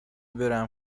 برم